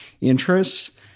interests